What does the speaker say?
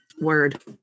word